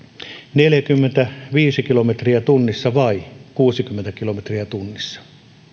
neljäkymmentäviisi kilometriä tunnissa vai kuusikymmentä kilometriä tunnissa